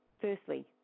firstly